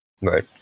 right